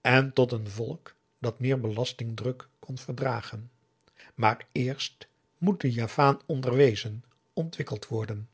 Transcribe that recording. en tot een volk dat meer belastingdruk kon verdragen maar eerst moet de javaan onderwezen ontwikkeld worden